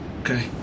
Okay